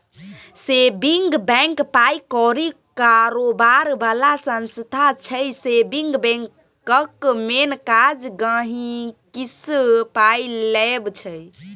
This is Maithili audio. सेबिंग बैंक पाइ कौरी कारोबार बला संस्था छै सेबिंग बैंकक मेन काज गांहिकीसँ पाइ लेब छै